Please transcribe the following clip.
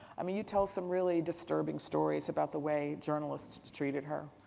i mean, you tell some really disturbing stories about the way journalists treated her.